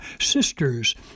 sisters